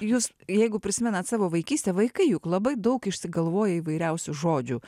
jūs jeigu prisimenat savo vaikystę vaikai juk labai daug išsigalvoja įvairiausių žodžių